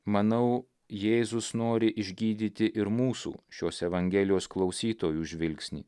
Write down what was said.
manau jėzus nori išgydyti ir mūsų šios evangelijos klausytojų žvilgsnį